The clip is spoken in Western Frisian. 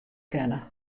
kinne